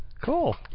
Cool